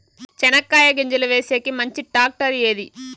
చెనక్కాయ గింజలు వేసేకి మంచి టాక్టర్ ఏది?